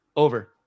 over